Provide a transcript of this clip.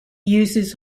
uses